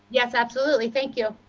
yes absolutely thank you.